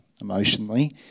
emotionally